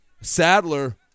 Sadler